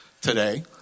today